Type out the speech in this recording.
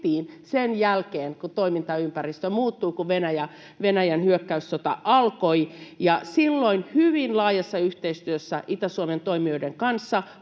sen jälkeen, kun toimintaympäristö muuttui, kun Venäjän hyökkäyssota alkoi. Silloin hyvin laajassa yhteistyössä Itä-Suomen toimijoiden kanssa